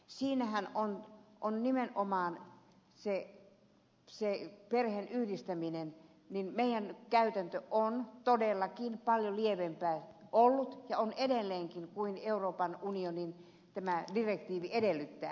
siinähän on nimenomaan se perheenyhdistäminen ja meidän käytäntömme on todellakin ollut ja on edelleenkin paljon lievempää kuin euroopan unionin direktiivi edellyttää